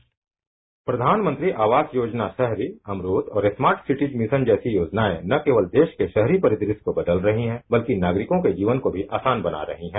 bite प्रधानमंत्री आवास योजना शहरी अमृत और स्मार्ट सिटीज मिशन जैसी योजनाएं न केवल देश के शहरी परिदृश्य को बदलरही हैं बल्कि नागरिकों के जीवन को भी आसान बना रही हैं